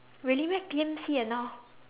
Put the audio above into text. really meh P_M_C and now